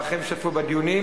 ואחרים השתתפו בדיונים,